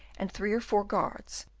and three or four guards,